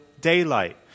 daylight